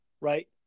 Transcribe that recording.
right